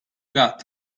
got